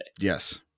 Yes